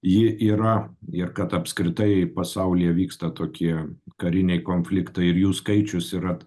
ji yra ir kad apskritai pasaulyje vyksta tokie kariniai konfliktai ir jų skaičius yra